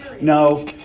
No